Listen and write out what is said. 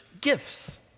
gifts